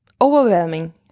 overwhelming